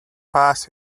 past